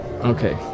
Okay